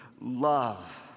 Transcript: love